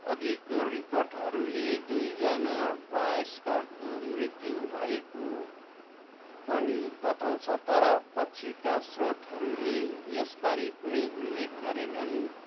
अघिको रिपोर्टहरूले दुईजना वयस्कको मृत्यु भएको पनि बताउँछ तर पछिका स्रोतहरूले यसबारे कुनै उल्लेख गरेनन्